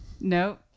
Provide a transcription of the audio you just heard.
No